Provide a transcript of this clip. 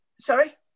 sorry